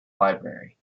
library